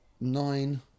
Nine